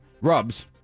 rubs